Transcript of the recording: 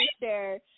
share